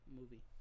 movie